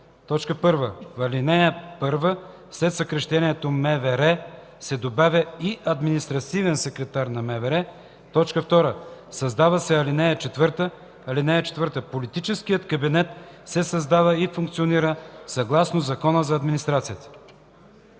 1. В ал. 1 след съкращението „МВР” се добавя „и административен секретар на МВР”. 2. Създава се ал. 4: „(4) Политическият кабинет се създава и функционира съгласно Закона за администрацията.”